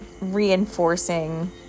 reinforcing